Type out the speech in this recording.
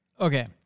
Okay